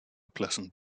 pleasant